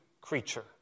creature